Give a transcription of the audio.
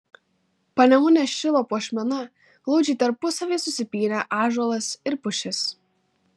panemunės šilo puošmena glaudžiai tarpusavyje susipynę ąžuolas ir pušis